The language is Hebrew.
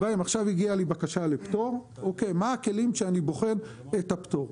קיבלתי עכשיו בקשה לפטור מה הכלים שבאמצעותם אני בוחן את הפטור?